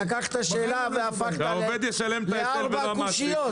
לקחת שאלה והפכת אותה לארבע קושיות.